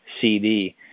CD